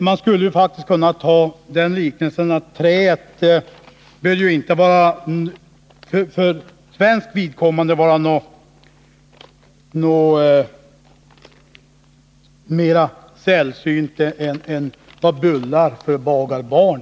Man skulle faktiskt kunna göra den liknelsen att träet för svenskt vidkommande inte bör vara något mer sällsynt än bullar för bagarbarn.